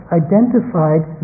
identified